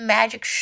Magic